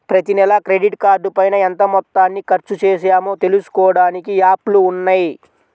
ప్రతినెలా క్రెడిట్ కార్డుపైన ఎంత మొత్తాన్ని ఖర్చుచేశామో తెలుసుకోడానికి యాప్లు ఉన్నయ్యి